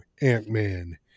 Ant-Man